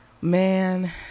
Man